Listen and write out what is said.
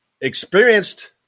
experienced